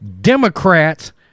Democrats